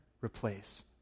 replace